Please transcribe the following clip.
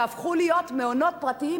תהפכו להיות מעונות פרטיים,